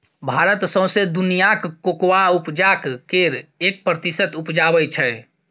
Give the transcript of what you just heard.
भारत सौंसे दुनियाँक कोकोआ उपजाक केर एक प्रतिशत उपजाबै छै